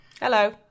hello